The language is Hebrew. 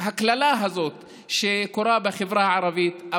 את הקללה הזאת שקורית בחברה הערבית,